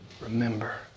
Remember